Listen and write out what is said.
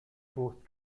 both